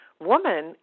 woman